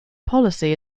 policy